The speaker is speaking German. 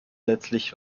letztlich